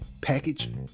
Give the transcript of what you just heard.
package